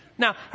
Now